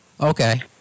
Okay